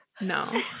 No